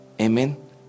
amen